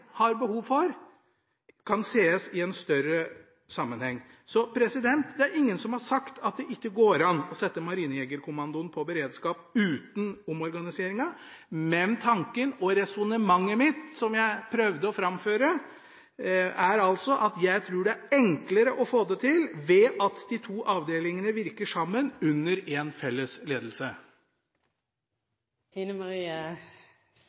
har behov for, kan ses i en større sammenheng. Så det er ingen som har sagt at det ikke går an å sette Marinejegerkommandoen på beredskap uten omorganiseringen, men tanken og resonnementet mitt, som jeg prøvde å framføre, er altså at jeg tror det er enklere å få det til ved at de to avdelingene virker sammen under en felles